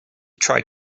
tried